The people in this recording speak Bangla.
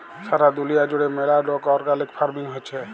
সারা দুলিয়া জুড়ে ম্যালা রোক অর্গ্যালিক ফার্মিং হচ্যে